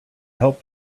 helped